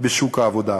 בשוק העבודה.